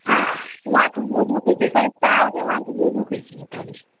હા માથું બહું દુઃખે છે સાહેબ તાવ છે માથું બહુ દુઃખે છે અત્યારે